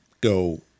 go